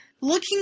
looking